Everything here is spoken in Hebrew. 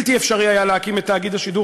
שבלתי אפשרי להקים את תאגיד השידור